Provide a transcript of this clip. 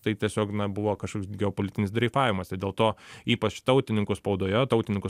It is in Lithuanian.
tai tiesiog buvo kažkoks geopolitinis dreifavimas tai dėl to ypač tautininkų spaudoje tautininkų